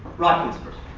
rocky is first.